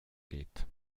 geht